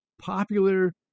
popular